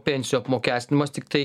pensijų apmokestinimas tiktai